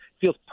feels